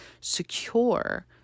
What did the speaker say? secure